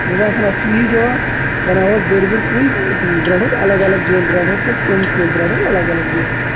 مےٚ باسَن اَتھ چھُ یی جَواب بَناوہوس بٔڑۍ بٔڑۍ کُلۍ تِم درٛڈوکھ الگ الگ جَایَن درٛڈوکھ پَتہٕ تِم کُلۍ درٛڈۄکھ الگ الگ جَایَن